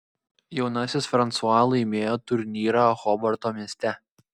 jaunasis fransua laimėjo turnyrą hobarto mieste